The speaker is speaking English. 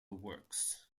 works